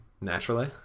Naturally